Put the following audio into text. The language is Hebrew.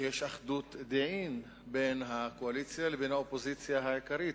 שיש אחדות-דעים בין הקואליציה לבין האופוזיציה העיקרית,